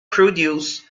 produce